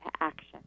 action